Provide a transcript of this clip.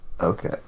Okay